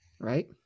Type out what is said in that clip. right